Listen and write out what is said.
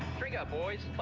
drink up boys.